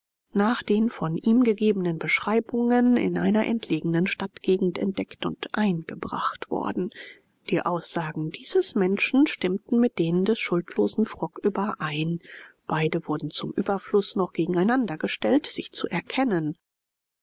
nach den von ihm gegebenen beschreibungen in einer entlegenen stadtgegend entdeckt und eingebracht worden die aussagen dieses menschen stimmten mit denen des schuldlosen frock überein beide wurden zum überfluß noch gegen einander gestellt sich zu erkennen